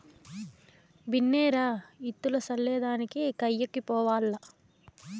బిన్నే రా, విత్తులు చల్లే దానికి కయ్యకి పోవాల్ల